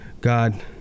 God